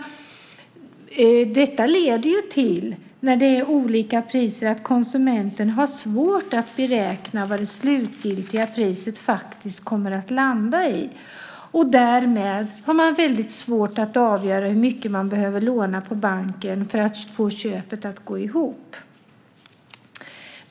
Detta med olika priser leder till att konsumenten har svårt att beräkna var det slutgiltiga priset faktiskt kommer att landa. Därmed har man svårt att avgöra hur mycket man behöver låna på banken för att få köpet att gå ihop.